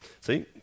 See